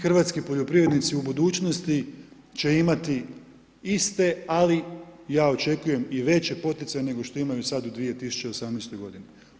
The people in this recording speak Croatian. Hrvatski poljoprivrednici u budućnosti će imati iste, ali ja očekujem i veće poticaje nego što imaju sad u 2018. godini.